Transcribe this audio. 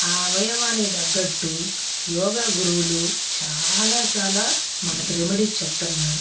ఆ అవయవానికి తగ్గట్టు యోగా గురువులు చాలా చాలా మనకి రెమెడీ చెప్తున్నారు